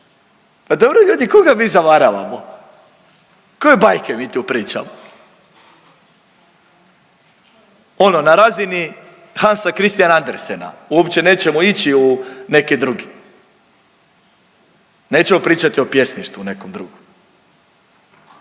pa dobro ljudi koga mi zavaramo, koje bajke mi tu pričamo. Ono na razini Hansa Christiana Andersena, uopće nećemo ići u neke druge, nećemo pričati o pjesništvu nekom drugom.